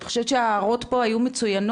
אני חושבת שההערות פה היו מצוינות,